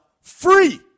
free